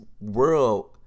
world